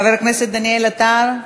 חבר הכנסת דניאל עטר,